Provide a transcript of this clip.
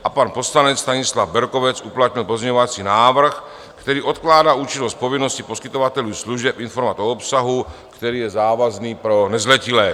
A pan poslanec Stanislav Berkovec uplatnil pozměňovací návrh, který odkládá účinnost povinnosti poskytovatelů služeb informovat o obsahu, který je závazný pro nezletilé.